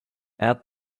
add